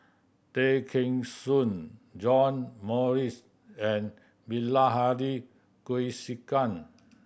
Tay Kheng Soon John Morrice and Bilahari Kausikan